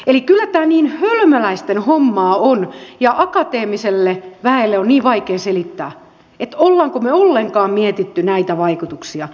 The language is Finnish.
eli kyllä tämä hölmöläisten hommaa on ja akateemiselle väelle on hyvin vaikea selittää olemmeko me ollenkaan miettineet näitä vaikutuksia